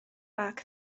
bag